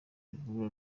ruhurura